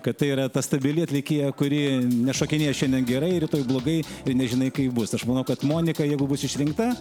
kad tai yra ta stabili atlikėja kuri nešokinėja šiandien gerai rytoj blogai ir nežinai kaip bus aš manau kad monikai jeigu bus išrinkta